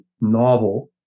novel